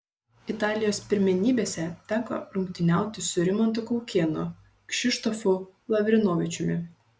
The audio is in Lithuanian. italijos pirmenybėse teko rungtyniauti su rimantu kaukėnu kšištofu lavrinovičiumi